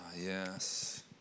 yes